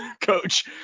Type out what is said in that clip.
coach